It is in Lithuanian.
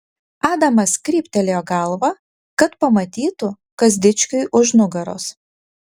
adamas kryptelėjo galvą kad pamatytų kas dičkiui už nugaros